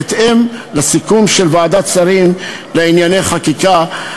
בהתאם לסיכום של ועדת שרים לענייני חקיקה,